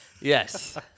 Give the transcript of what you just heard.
Yes